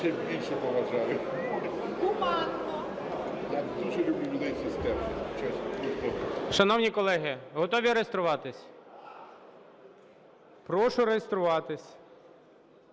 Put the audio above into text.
Шановні колеги, готові реєструватись? Прошу реєструватись.